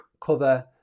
cover